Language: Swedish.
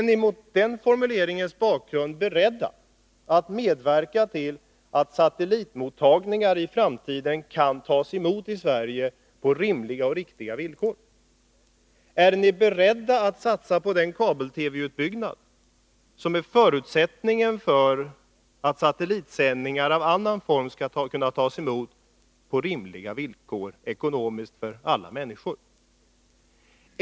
Är ni mot bakgrund av den formuleringen beredda att medverka till att satellitsändningar i framtiden kan tas emot i Sverige på rimliga och riktiga premisser? Är ni beredda att satsa på den kabel-TV-utbyggnad som är förutsättningen för att satellitsändningar av annan form skall kunna tas emot på ekonomiskt överkomliga villkor för alla människor?